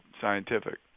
scientific